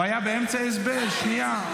הוא היה באמצע הסבר, שנייה.